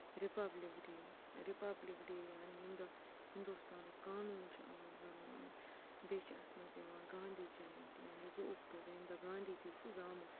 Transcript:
republic day republic day یعنی ییٚمہِ دۄہ ہِندوستانٕکۍ قانوٗن چھِ آمٕتۍ بَناونہٕ بیٚیہِ چھِ اَتھ منٛز یِوان گاندھی جَیَنتی یعنی زٕ اکٹوٗبَر ییٚمہِ دۄہ گاندھی جی چھُ زامُت